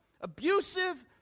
abusive